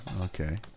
Okay